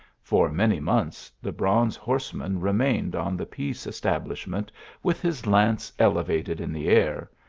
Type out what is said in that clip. for many months the bronze horseman remained on the peace establishment with his lance elevated in the air,